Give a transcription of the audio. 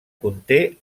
conté